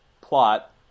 plot